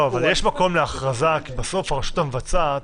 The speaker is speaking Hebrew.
אבל יש מקום להכרזה כי בסוף הרשות המבצעת